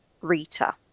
Rita